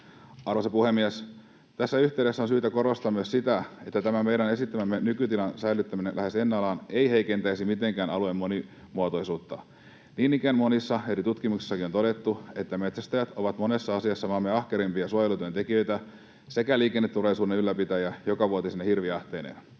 Arvoisa puhemies! Tässä yhteydessä on syytä korostaa myös sitä, että tämä meidän esittämämme nykytilan säilyttäminen lähes ennallaan ei heikentäisi mitenkään alueen monimuotoisuutta. Niin ikään monissa eri tutkimuksissakin on todettu, että metsästäjät ovat monessa asiassa maamme ahkerimpia suojelutyöntekijöitä sekä liikenneturvallisuuden ylläpitäjiä jokavuotisine hirvijahteineen.